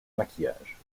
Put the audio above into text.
maquillage